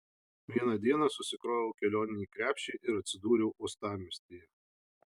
vieną dieną susikroviau kelioninį krepšį ir atsidūriau uostamiestyje